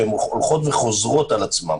שהן הולכות וחוזרות על עצמן,